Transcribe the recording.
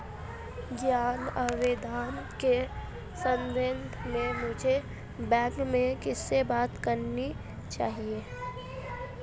ऋण आवेदन के संबंध में मुझे बैंक में किससे बात करनी चाहिए?